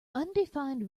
undefined